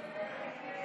חברי הכנסת,